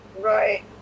Right